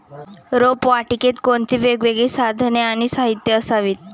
रोपवाटिकेत कोणती वेगवेगळी साधने आणि साहित्य असावीत?